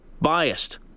biased